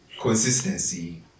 consistency